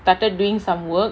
started doing some work